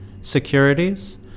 securities